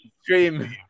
stream